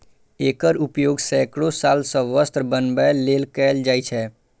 एकर उपयोग सैकड़ो साल सं वस्त्र बनबै लेल कैल जाए छै